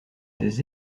des